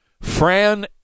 Fran